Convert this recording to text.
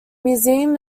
museum